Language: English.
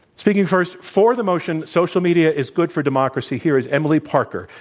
speaking first for the motion, social media is good for democracy, here is emily parker,